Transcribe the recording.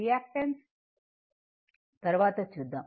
reactance భాగం తరువాత చూద్దాం